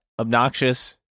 obnoxious